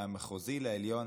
מהמחוזי לעליון,